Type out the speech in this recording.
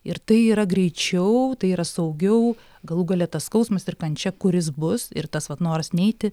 ir tai yra greičiau tai yra saugiau galų gale tas skausmas ir kančia kuris bus ir tas vat noras neiti